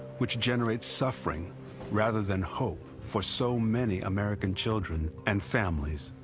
which generate suffering rather than hope for so many american children and families.